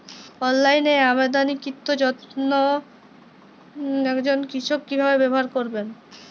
অনলাইনে আমদানীকৃত যন্ত্র একজন কৃষক কিভাবে ব্যবহার করবেন?